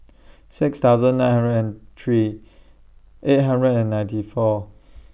six thousand nine hundred and three eight hundred and ninety four